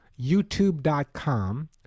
YouTube.com